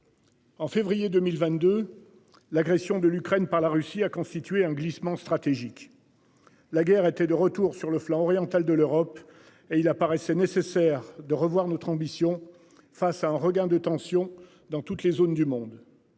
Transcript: En février 2022. L'agression de l'Ukraine par la Russie a constitué un glissement stratégique. La guerre était de retour sur le flanc oriental de l'Europe et il apparaissait nécessaire de revoir notre ambition face à un regain de tension dans toutes les zones du monde.